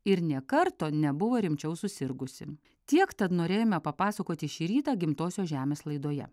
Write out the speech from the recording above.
ir nė karto nebuvo rimčiau susirgusi tiek tad norėjome papasakoti šį rytą gimtosios žemės laidoje